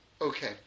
Okay